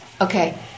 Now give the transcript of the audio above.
Okay